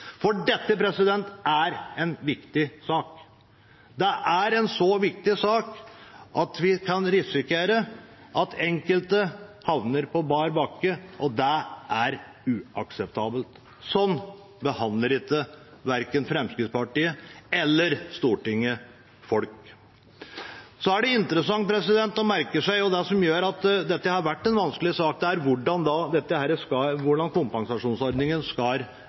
Stortinget. Dette er en viktig sak. Det er en så viktig sak at vi kan risikere at enkelte havner på bar bakke, og det er uakseptabelt. Sånn behandler ikke verken Fremskrittspartiet eller Stortinget folk. Så er det interessant å merke seg det som gjør at dette har vært en vanskelig sak, og det er hvordan kompensasjonsordningen skal